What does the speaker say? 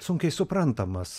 sunkiai suprantamas